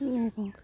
मेगंखौ